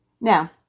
Now